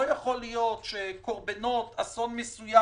כפי שאתה אומר וצודק כי לא יכול להיות שקורבנות אסון מסוים